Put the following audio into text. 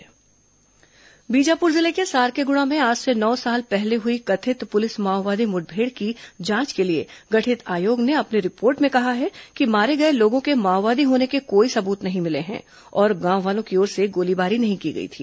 सारकेग्डा मुढभेड़ बीजापुर जिले के सारकेगुड़ा में आज से नौ साल पहले हुई कथित पुलिस माओवादी मुठभेड़ की जांच के लिए गठित आयोग ने अपनी रिपोर्ट में कहा है कि मारे गए लोगों के माओवादी होने के कोई सबूत नहीं मिले हैं और गांव वालों की ओर से गोलीबारी नहीं की गई थी